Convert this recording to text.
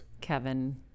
Kevin